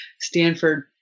Stanford